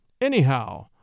Anyhow